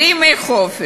בלי ימי חופש,